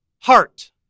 heart